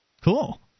Cool